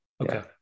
Okay